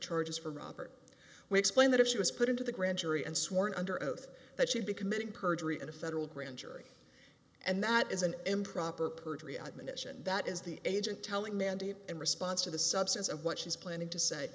charges for robert we explain that if she was put into the grand jury and sworn under oath that she be committing perjury in a federal grand jury and that is an improper perjury admonition that is the agent telling mandate in response to the substance of what she's planning to say